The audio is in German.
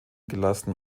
gelassen